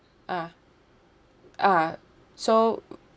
uh uh so